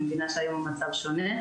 אני מבינה שהיום המצב שונה.